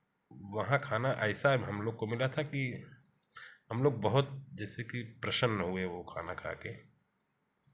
वहाँ खाना ऐसा हम लोग को मिला था कि हम लोग बहुत जैसे कि प्रसन्न हो गए वह खाना खा कर